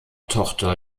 tochter